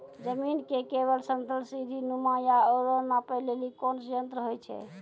जमीन के लेवल समतल सीढी नुमा या औरो नापै लेली कोन यंत्र होय छै?